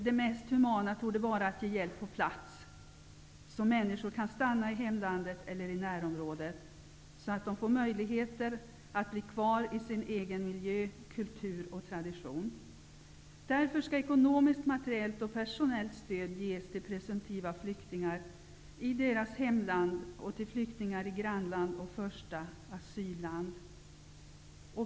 Det mest humana torde vara att ge hjälp på plats, så att människor kan stanna i hemlandet eller dess närområde och få möjligheter att bli kvar i sin egen miljö, kultur och tradition. Därför skall ekonomiskt, materiellt och perso nellt stöd ges till presumtiva flyktingar i deras hemländer och till flyktingar i grannland och första asylland.